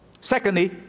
Secondly